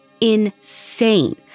insane